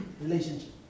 relationship